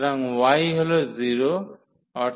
সুতরাং y হল 0